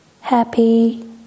happy